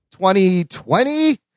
2020